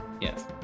yes